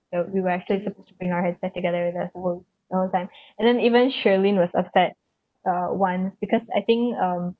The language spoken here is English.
we were actually supposed to bring our headset together in that work all the time and then even shirlyn was upset uh once because I think um